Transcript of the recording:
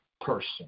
person